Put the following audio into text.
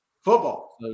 football